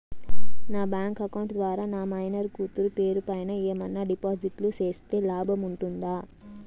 నా bank account ద్వారా నా మైనర్ కూతురు పేరు పైన ఏమన్నా డిపాజిట్లు సేస్తే లాభం ఉంటుందా?